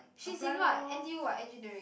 she's in what N_T_U what engineering